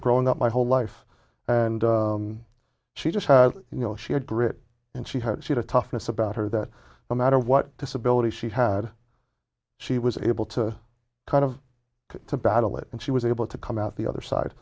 growing up my whole life and she just had you know she had grit and she had she the toughness about her that no matter what disability she had she was able to kind of to battle it and she was able to come out the other side